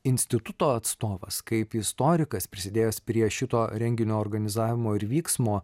instituto atstovas kaip istorikas prisidėjęs prie šito renginio organizavimo ir vyksmo